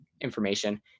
information